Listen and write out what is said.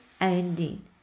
ending